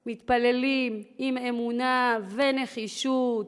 מתפללים, עם אמונה ונחישות,